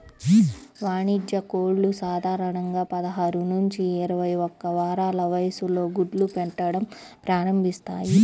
వాణిజ్య కోళ్లు సాధారణంగా పదహారు నుంచి ఇరవై ఒక్క వారాల వయస్సులో గుడ్లు పెట్టడం ప్రారంభిస్తాయి